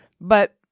But-